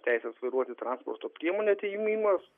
teisės vairuoti transporto priemonę atėmimas